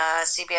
CBS